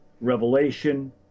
revelation